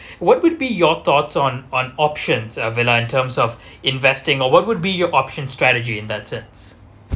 what would be your thoughts on on options uh vella in terms of investing or what would be your option strategy in that sense